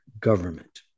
government